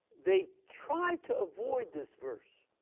they try to avoid this verse.